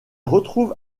retrouve